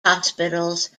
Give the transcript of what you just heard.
hospitals